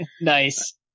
Nice